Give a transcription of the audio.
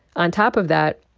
on top of that,